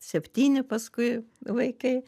septyni paskui vaikai